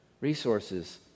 resources